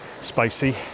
spicy